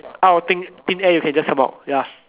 out of thing thin air you can just come out ya